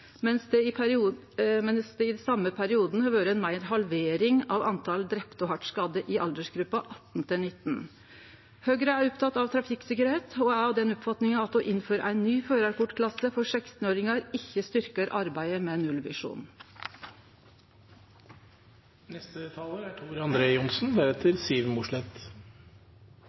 det i same periode har vore meir enn ei halvering av antal drepne og hardt skadde i aldersgruppa 18–19 år. Høgre er oppteke av trafikksikkerheit og er av den oppfatninga at å innføre ein ny førarkortklasse for 16-åringar ikkje styrkjer arbeidet med nullvisjonen. Norge er